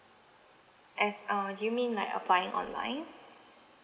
as uh do you mean like applying online